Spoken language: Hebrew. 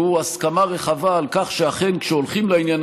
והוא הסכמה רחבה על כך שאכן כשהולכים לעניין